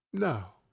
no.